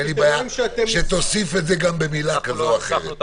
אין לי בעיה שתוסיף את זה גם במילה כזאת או אחרת.